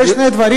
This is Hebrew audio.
אלה שני דברים,